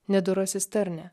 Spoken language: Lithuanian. nedorasis tarne